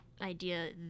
idea